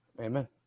Amen